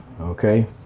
okay